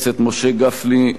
אורי מקלב ושלי.